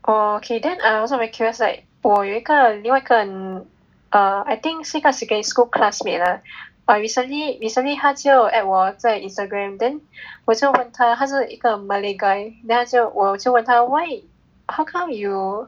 oh okay then I also very curious like 我有一个另外一个 err I think 是一个 secondary school classmate I recently recently 他就有 add 我在 Instagram then 我就问他他是一个 malay guy then 我就问他 why how come you